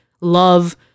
love